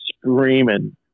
screaming